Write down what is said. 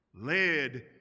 led